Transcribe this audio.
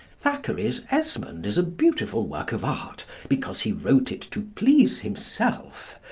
thackeray's esmond is a beautiful work of art because he wrote it to please himself.